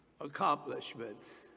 accomplishments